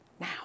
Now